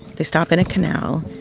they stop in a canal